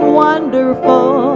wonderful